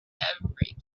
everything